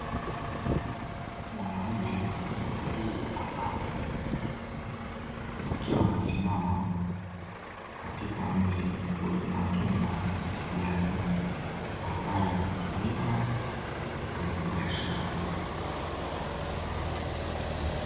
Mwanaume mwenye umri wa makamo akiwa kasimama katika mti wenye matunda ya kijani, ambayo hutumika kwenye biashara.